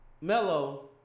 Melo